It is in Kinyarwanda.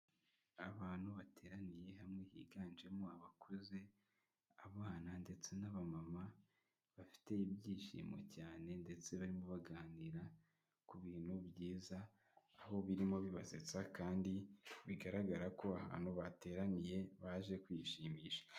Abantu bateraniye hamwe higanjemo abakuze, abana ndetse n'abamama, bafite ibyishimo cyane ndetse barimo baganira ku bintu byiza; aho birimo bibasetsa kandi bigaragara ko ahantu bateraniye baje kwishimisha.